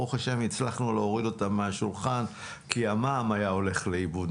ברוך השם הצלחנו להוריד אותם מהשולחן כי המע"מ היה הולך לאיבוד,